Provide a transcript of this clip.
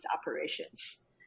operations